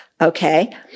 Okay